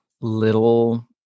little